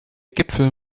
gipfel